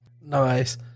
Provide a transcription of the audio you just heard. Nice